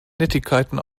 nettigkeiten